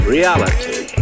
Reality